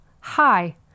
hi